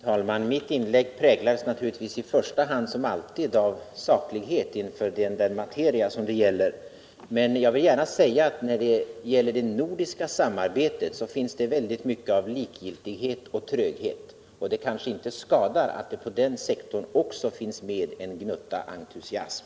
Herr talman! Mitt inlägg präglades naturligtvis i första hand och som alltid av saklighet inför den materia som det här gäller. Men jag vill gärna också säga att när det gäller det nordiska samarbetet finns det väldigt mycket likgiltighet och tröghet, och det kanske inte skadar att det också på den sektorn finns med en gnutta entusiasm.